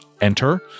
enter